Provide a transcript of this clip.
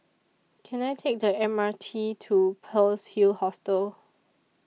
Can I Take The M R T to Pearl's Hill Hostel